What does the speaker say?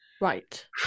Right